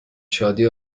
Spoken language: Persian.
شادی